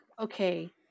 okay